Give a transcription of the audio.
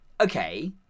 Okay